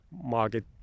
market